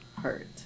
hurt